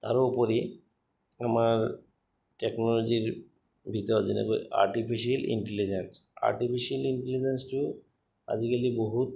তাৰোপৰি আমাৰ টেকন'লজিৰ ভিতৰত যেনেকৈ আৰ্টিফিচিয়েল ইণ্টেলিজেঞ্চ আৰ্টিফিচিয়েল ইণ্টেলিজেঞ্চটো আজিকালি বহুত